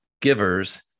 givers